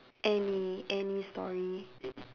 any any story